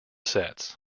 sets